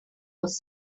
was